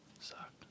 Sucked